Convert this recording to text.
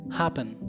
happen